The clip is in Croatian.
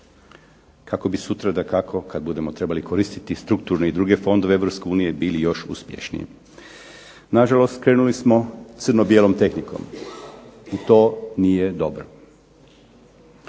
kako bi sutra dakako kad budemo trebali koristiti strukturne i druge fondove Europske unije bili još uspješniji. Na žalost, krenuli smo crno bijelom tehnikom i to nije dobro.